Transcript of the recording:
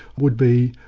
would be,